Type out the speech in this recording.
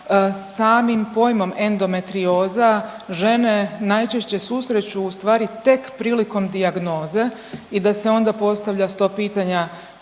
samim pojmom endometrioza žene najčešće susreću u stvari tek prilikom dijagnoze i da se onda postavlja 100 pitanja